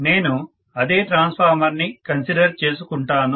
నేను అదే ట్రాన్స్ఫార్మర్ ని కన్సిడర్ చేసుకుంటాను